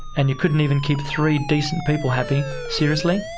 and you couldn't even keep three decent people happy. seriously?